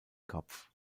kopf